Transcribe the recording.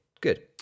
good